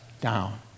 down